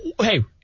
hey